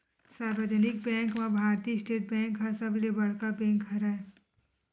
सार्वजनिक बेंक म Bharatiya state bank ह सबले बड़का बेंक हरय